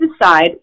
decide